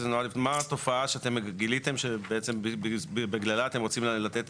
מה התופעה שאתם גיליתם שבעצם בגללה אתם רוצים לתת